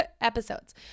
episodes